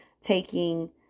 taking